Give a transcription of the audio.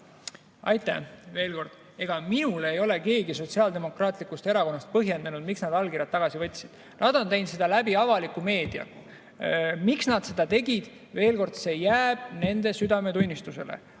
Aitäh! Veel kord, minule ei ole keegi Sotsiaaldemokraatlikust Erakonnast põhjendanud, miks nad allkirjad tagasi võtsid. Nad on teinud seda läbi avaliku meedia. Miks nad seda tegid? Veel kord, see jääb nende südametunnistusele. Aga